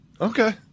Okay